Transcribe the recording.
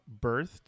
birthed